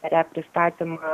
per e pristatymą